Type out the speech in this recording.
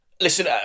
Listen